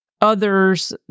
others